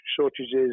shortages